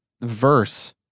verse